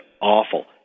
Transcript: awful